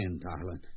darling